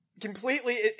completely –